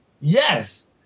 yes